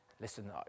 listen